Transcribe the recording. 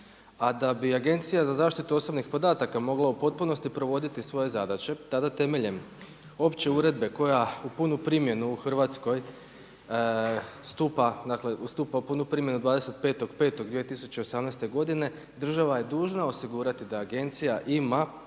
A da bi Agencija za zaštitu osobnih podataka mogla u potpunosti provoditi svoje zadaće tada temeljem opće uredbe koja u punu primjenu u Hrvatskoj stupa u punu primjenu 25.5.2018. godine država je dužna osigurati da Agencija ima